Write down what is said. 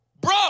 bro